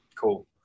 Cool